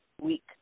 week